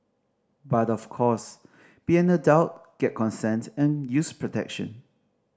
but of course please be an adult get consent and use protection